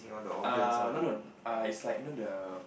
err no no err it's like you know the